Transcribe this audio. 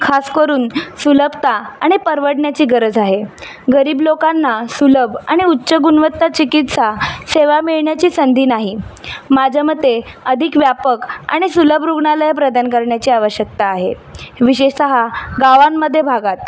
खासकरून सुलभता आणि परवडण्याची गरज आहे गरीब लोकांना सुलभ आणि उच्च गुणवत्ता चिकित्सा सेवा मिळण्याची संधी नाही माझ्या मते अधिक व्यापक आणि सुलभ रुग्णालय प्रदान करण्याची आवश्यकता आहे विशेषतः गावांमध्ये भागात